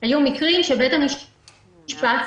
מקרים שבית המשפט,